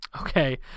Okay